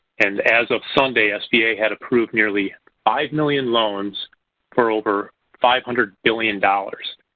and as of sunday, sba had approved nearly five million loans for over five hundred billion dollars.